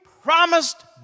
promised